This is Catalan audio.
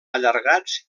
allargats